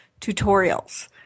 tutorials